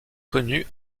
connus